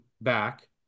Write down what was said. back